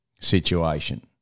situation